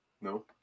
No